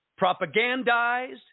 propagandized